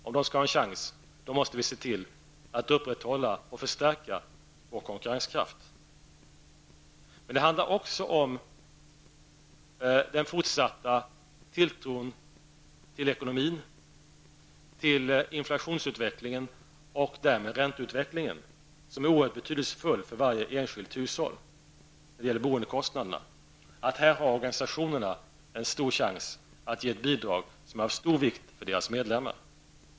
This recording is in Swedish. Om de skall kunna ha en chans måste vi se till att upprätthålla och stärka vår konkurrenskraft. Men det handlar också om den fortsatta tilltron till ekonomin, till inflationsutvecklingen och därmed ränteutvecklingen, som är så oerhört betydelsefull för varje enskilt hushåll när det gäller boendekostnaderna. Här har organisationerna en stor chans att ge ett bidrag som är av stor vikt för deras medlemmar.